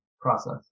process